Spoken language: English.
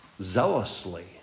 zealously